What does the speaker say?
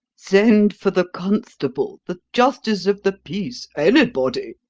send for the constable the justice of the peace anybody!